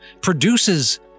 produces